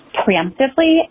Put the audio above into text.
preemptively